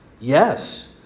Yes